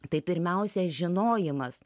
tai pirmiausia žinojimas